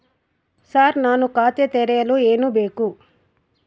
Sir ನಾನು ಖಾತೆ ತೆರೆಯಲು ಏನು ಬೇಕು?